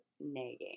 nagging